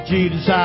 Jesus